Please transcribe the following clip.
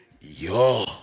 Yo